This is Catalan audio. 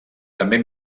també